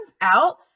out